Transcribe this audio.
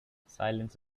silence